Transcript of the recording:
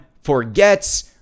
forgets